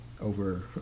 over